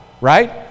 right